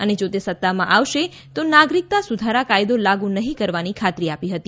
અને જો તે સત્તામાં આવશે તો નાગરિકતા સુધારા કાયદો લાગુ નહીં કરવાની ખાતરી આપી હતી